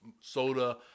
soda